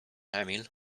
emil